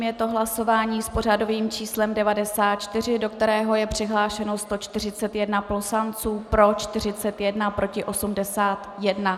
Je to hlasování s pořadovým číslem 94, do kterého je přihlášeno 141 poslanců, pro 41, proti 81.